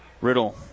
Riddle